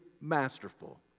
masterful